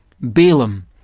Balaam